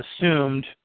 assumed